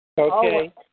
Okay